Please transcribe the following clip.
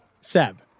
Seb